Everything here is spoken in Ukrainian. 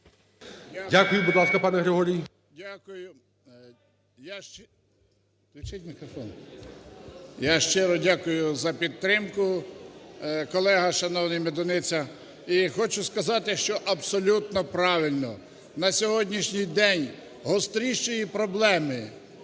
Дякую. Будь ласка, пане Григорій.